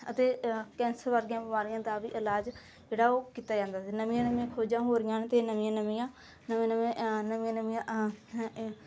ਅਤੇ ਕੈਂਸਰ ਵਰਗੀਆਂ ਬਿਮਾਰੀਆਂ ਦਾ ਵੀ ਇਲਾਜ ਜਿਹੜਾ ਉਹ ਕੀਤਾ ਜਾਂਦਾ ਸੀ ਨਵੀਆਂ ਨਵੀਆਂ ਖੋਜਾਂ ਹੋ ਰਹੀਆਂ ਨੇ ਅਤੇ ਨਵੀਆਂ ਨਵੀਆਂ ਨਵੀਆਂ ਨਵੀਆਂ ਨਵੀਆਂ ਨਵੀਆਂ